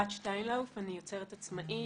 אני יוצרת עצמאית,